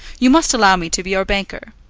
you must allow me to be your banker.